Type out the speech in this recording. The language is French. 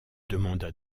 demanda